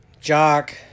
Jock